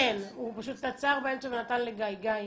כן, הוא פשוט עצר באמצע ונתן לגיא.